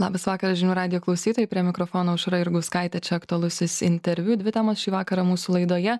labas vakaras žinių radijo klausytojai prie mikrofono aušra jurgauskaitė čia aktualusis interviu dvi temos šį vakarą mūsų laidoje